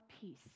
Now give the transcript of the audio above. peace